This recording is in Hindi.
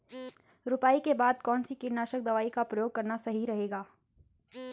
रुपाई के बाद कौन सी कीटनाशक दवाई का प्रयोग करना सही रहेगा?